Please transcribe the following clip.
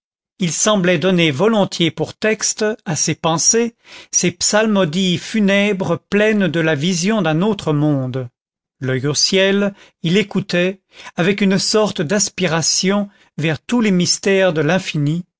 il semblait donner volontiers pour texte à ses pensées ces psalmodies funèbres pleines de la vision d'un autre monde l'oeil au ciel il écoutait avec une sorte d'aspiration vers tous les mystères de l'infini